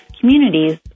communities